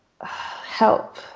help